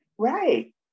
Right